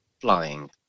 Flying